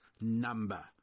number